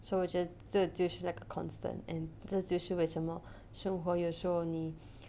so 我觉得这就是那个 constant and 这就是为什么生活有时候你